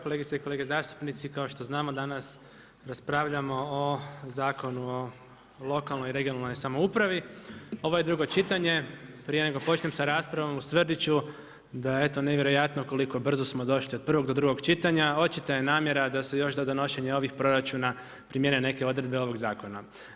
Kolegice i kolege zastupnici, kao što znamo danas raspravljamo o zakon o lokalnoj i regionalnoj samoupravi, ovo je drugo čitanje, prije nego počnem sa raspravom ustvrdit ću da eto je nevjerojatno koliko brzo smo došli od prvog do drugog čitanja, očito je namjera da se još za donošenje ovih proračuna primjene odredbe ovoga zakona.